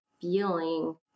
feeling